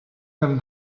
him